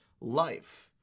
life